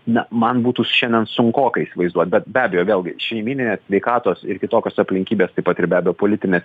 na man būtų šiandien sunkoka įsivaizduot bet be abejo vėlgi šeimyninės sveikatos ir kitokios aplinkybės taip pat ir be abejo politinės